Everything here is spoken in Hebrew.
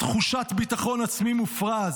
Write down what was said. תחושת ביטחון עצמי מופרז,